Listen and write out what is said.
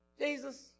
Jesus